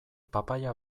papaia